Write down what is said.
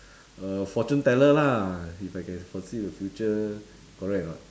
a fortune teller lah if I can foresee the future correct or not